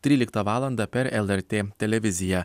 tryliktą valandą per lrt televiziją